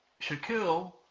Shaquille